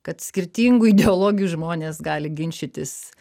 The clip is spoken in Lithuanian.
kad skirtingų ideologijų žmonės gali ginčytis